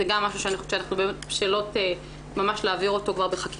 זה גם משהו שאני חושבת שאנחנו בשלות ממש להעביר אותו כבר בחקיקה.